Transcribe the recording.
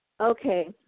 Okay